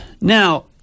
Now